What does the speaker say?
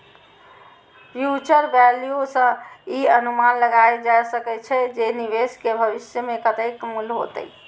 future value सं ई अनुमान लगाएल जा सकै छै, जे निवेश के भविष्य मे कतेक मूल्य हेतै